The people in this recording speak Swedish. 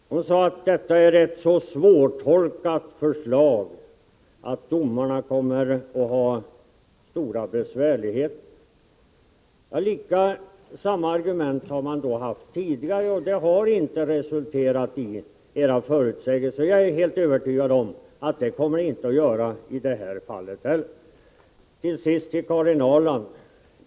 Hon sade att detta är ett så svårtolkat förslag att domarna kommer att få stora besvärligheter. Samma argument har ni använt tidigare, men resultatet har inte stämt med era förutsägelser. Jag är övertygad om att det inte kommer att stämma i det här fallet heller.